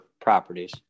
properties